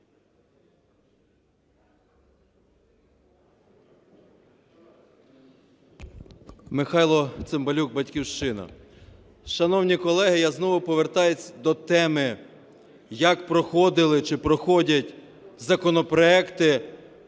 Михайло Цимбалюк, "Батьківщина". Шановні колеги, я знову повертаюся до теми, як проходили чи проходять законопроекти